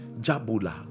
Jabula